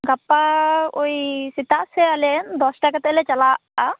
ᱜᱟᱯᱟ ᱳᱭ ᱥᱮᱛᱟᱜ ᱥᱮᱫ ᱟᱞᱮ ᱫᱚᱥᱴᱟ ᱠᱟᱛᱮ ᱞᱮ ᱪᱟᱞᱟᱜᱼᱟ